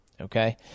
Okay